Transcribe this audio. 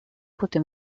poté